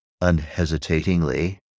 unhesitatingly